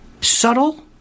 Subtle